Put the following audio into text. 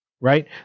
right